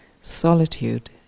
Solitude